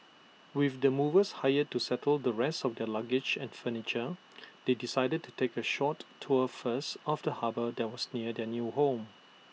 with the movers hired to settle the rest of their luggage and furniture they decided to take A short tour first of the harbour that was near their new home